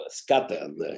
scattered